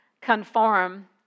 conform